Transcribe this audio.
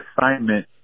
assignment